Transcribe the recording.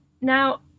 Now